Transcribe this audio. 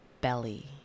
belly